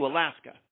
Alaska